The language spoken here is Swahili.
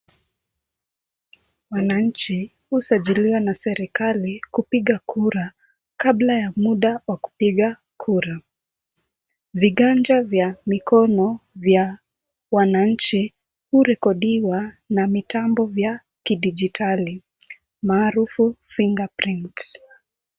Wananchi husajiliwa na serikali kupiga kura kabla ya muda wa kupiga kura. Viganja vya mikono vya wananchi hurikodiwa na mitambo ya kidijitali, maarufu finger prints .